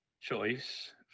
choice